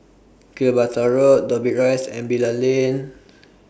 Gibraltar Road Dobbie Rise and Bilal Lane